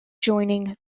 joining